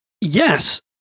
Yes